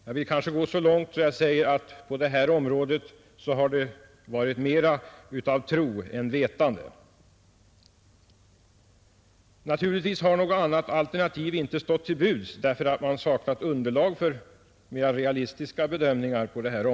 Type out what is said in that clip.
Jag vill gå så långt att jag säger att på detta område har det varit mera tro än vetande. Naturligtvis har något annat alternativ inte stått till buds, för man har saknat underlag för mera realistiska bedömningar på detta område.